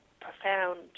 profound